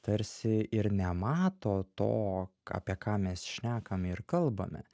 tarsi ir nemato to apie ką mes šnekame ir kalbame